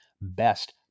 best